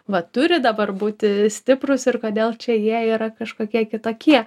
va turi dabar būti stiprūs ir kodėl čia jie yra kažkokie kitokie